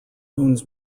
owns